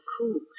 cool